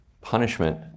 punishment